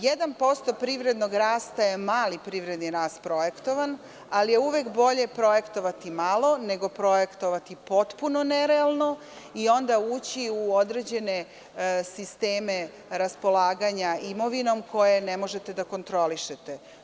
Jedan posto privrednog rasta je mali privredni rast projektovan, ali je uvek bolje projektovati malo nego projektovati potpuno nerealno i onda ući u određene sisteme raspolaganja imovinom koje ne možete da kontrolišete.